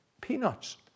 Peanuts